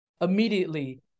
immediately